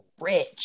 rich